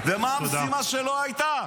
ומה המשימה שלו הייתה?